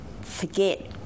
forget